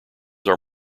are